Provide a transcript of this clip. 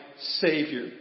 Savior